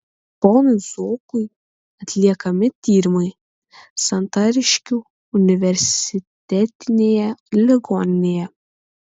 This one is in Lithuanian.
ponui zuokui atliekami tyrimai santariškių universitetinėje ligoninėje